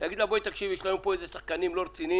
ולהגיד לה: יש לנו פה שחקנים לא רציניים,